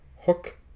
Hook